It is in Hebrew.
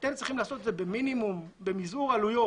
אתם צריכים לעשות את זה במזעור עליות,